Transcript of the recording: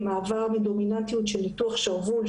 עם מעבר מדומיננטיות של ניתוח שרוול,